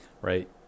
right